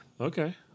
Okay